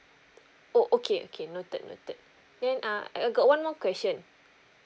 oh okay okay noted noted then uh I I got one more question